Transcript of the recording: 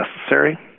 necessary